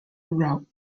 route